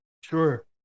Sure